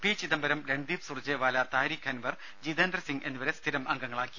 P Chidambaram Randeep Surjewala Tariq Anwar Jitendra Singh എന്നിവരെ സ്ഥിരം അംഗങ്ങളാക്കി